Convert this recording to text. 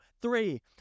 Three